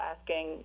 asking